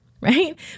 right